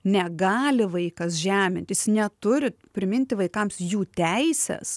negali vaikas žeminti jis neturi priminti vaikams jų teises